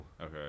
okay